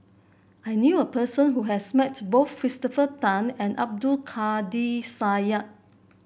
I knew a person who has met both Christopher Tan and Abdul Kadir Syed